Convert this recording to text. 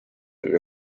oli